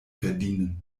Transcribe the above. verdienen